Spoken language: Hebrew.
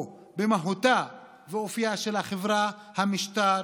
במהותם ובאופיים של החברה, המשטר